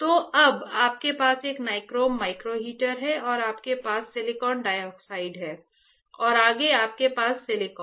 तो अब आपके पास एक नाइक्रोम माइक्रो हीटर है और आपके पास सिलिकॉन डाइऑक्साइड है और आगे आपके पास सिलिकॉन है